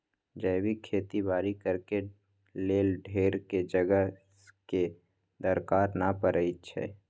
जैविक खेती बाड़ी करेके लेल ढेरेक जगह के दरकार न पड़इ छइ